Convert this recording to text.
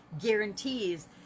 guarantees